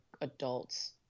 adults